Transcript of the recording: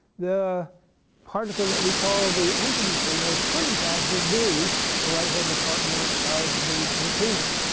the particle that we call the anti-neutrino could, in fact, just be the right-handed partner of the neutrino.